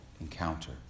encounter